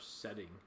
setting